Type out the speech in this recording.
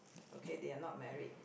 okay they are not married